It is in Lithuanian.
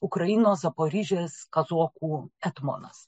ukrainos zaporižės kazokų etmonas